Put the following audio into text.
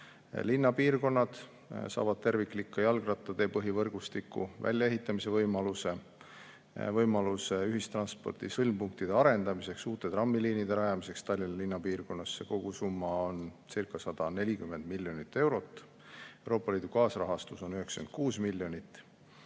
linnapiirkonnad saavad tervikliku jalgrattatee põhivõrgustiku väljaehitamise võimaluse ja võimaluse ühistranspordi sõlmpunktide arendamiseks, tekib võimalus uute trammiliinide rajamiseks Tallinna piirkonnas. Kogusumma oncirca140 miljonit eurot, Euroopa Liidu kaasrahastus on 96 miljonit.